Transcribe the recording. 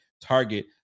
target